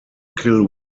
kill